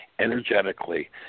energetically